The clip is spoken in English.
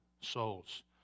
souls